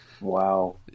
Wow